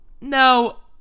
No